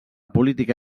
política